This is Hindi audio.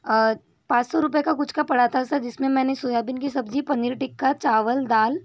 पाँच सौ रुपए का कुछ का पड़ा था सर जिसमे मैंने सोयाबीन की सब्जी पनीर टिक्का चावल दाल